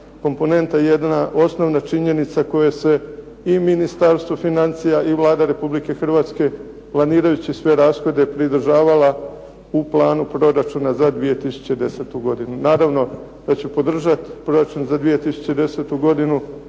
komponenta i jedna osnovna činjenica koja se i Ministarstvo financija i Vlada Republike Hrvatske planirajući sve rashode pridržavala u planu Proračuna za 2010. godinu. Naravno da ću podržati Proračun za 2010. godinu